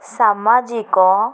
ସାମାଜିକ